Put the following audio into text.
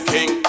King